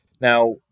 Now